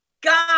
God